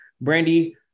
Brandy